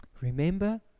Remember